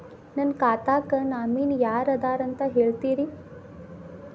ನನ್ನ ಖಾತಾಕ್ಕ ನಾಮಿನಿ ಯಾರ ಇದಾರಂತ ಹೇಳತಿರಿ?